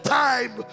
time